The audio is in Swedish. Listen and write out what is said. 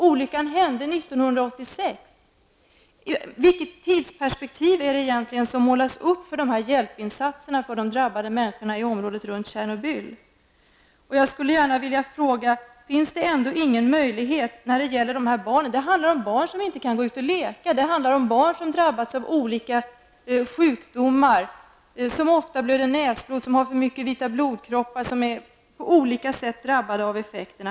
Olyckan hände 1986. Vilket tidsperspektiv är det egentligen som målas upp för hjälpinsatser för de drabbade människorna i området runt Tjernobyl? Det handlar om barn som inte kan gå ut och leka, som drabbats av olika sjukdomar, som ofta blöder näsblod, som har för många vita blodkroppar och som på olika sätt är drabbade av effekterna.